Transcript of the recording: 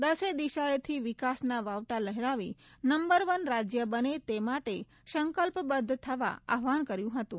દસે દિશાએથી વિકાસના વાવટા લહેરાવી નંબર વન રાજ્ય બને તે માટે સંકલ્પબદ્ધ થવા આહ્વાન કર્યું હતું